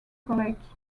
college